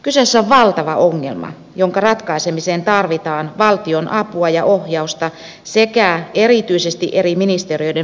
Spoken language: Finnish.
kyseessä on valtava ongelma jonka ratkaisemiseen tarvitaan valtion apua ja ohjausta sekä erityisesti eri ministeriöiden välistä yhteistyötä